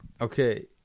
Okay